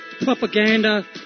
propaganda